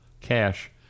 cash